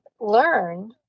learn